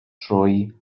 trwy